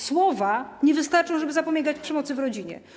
Słowa nie wystarczą, żeby zapobiegać przemocy w rodzinie.